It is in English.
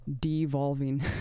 devolving